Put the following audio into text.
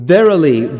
Verily